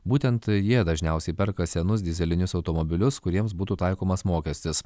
būtent jie dažniausiai perka senus dyzelinius automobilius kuriems būtų taikomas mokestis